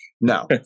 No